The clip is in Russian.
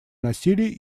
насилия